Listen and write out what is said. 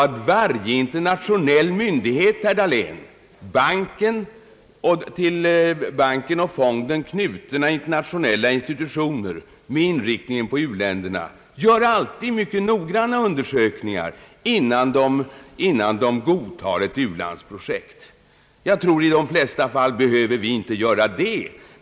Gör inte varje internationell myndighet, herr Dahlén — till världsbanken eller utvecklingsfonden knutna internationella = institutioner med inriktning på u-länderna alltid mycket noggranna undersökningar, innan de godtar ett u-landsprojekt? I de flesta fall behöver vi inte göra det.